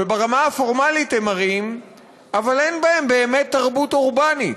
וברמה הפורמלית הם ערים אבל אין בהם באמת תרבות אורבנית.